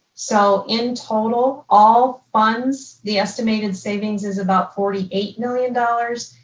so in total, all funds, the estimated savings is about forty eight million dollars.